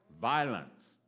Violence